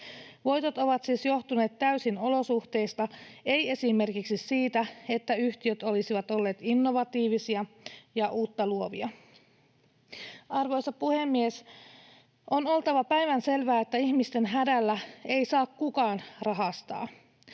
Voitot ovat siis johtuneet täysin olosuhteista, eivät esimerkiksi siitä, että yhtiöt olisivat olleet innovatiivisia ja uutta luovia. Arvoisa puhemies! On oltava päivänselvää, että ihmisten hädällä ei saa kukaan rahastaa.